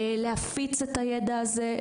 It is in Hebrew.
להפיץ את הידע הזה,